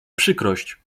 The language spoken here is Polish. przykrość